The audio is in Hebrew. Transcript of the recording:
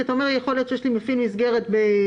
כי אתה אומר: יכול להיות שיש לי מפעיל מסגרת במקום